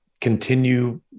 continue